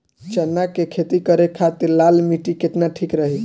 चना के खेती करे के खातिर लाल मिट्टी केतना ठीक रही?